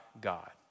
God